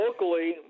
locally